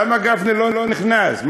למה גפני לא נכנס?